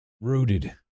rooted